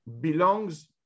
belongs